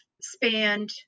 spanned